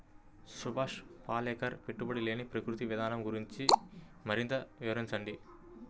సుభాష్ పాలేకర్ పెట్టుబడి లేని ప్రకృతి విధానం గురించి మరింత వివరించండి